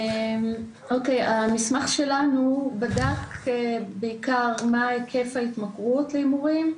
המסמך שלנו בדק בעיקר מה היקף ההתמכרות להימורים,